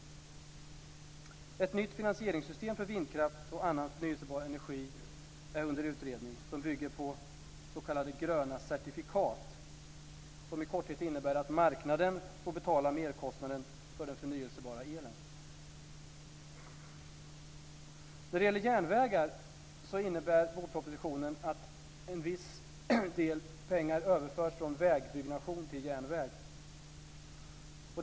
Ett nytt finansieringssystem för vindkraft och annan förnyelsebar energi är under utredning. Det bygger på s.k. gröna certifikat, som i korthet innebär att marknaden får betala merkostnaden för den förnybara elen. När det gäller järnvägar innebär vårpropositionen att en viss del pengar överförs från vägbyggnation till järnvägar.